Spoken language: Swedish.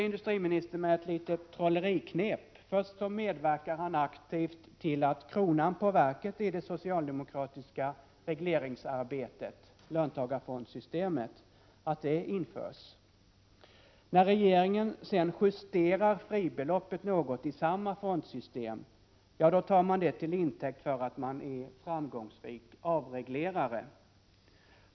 Industriministern säger att regeringens småföretagspolitik givit goda resultat. Utvecklingen under de senaste veckorna visar med all önskvärd tydlighet att det inte är den svenska regeringen som styr, inte ens vårt lands ekonomi. Börsen backade mer i vårt land än i övriga västländer.